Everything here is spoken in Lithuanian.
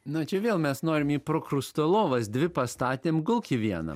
na čia vėl mes norim į prokrusto lovas dvi pastatėm gulk į vieną